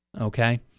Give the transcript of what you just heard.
Okay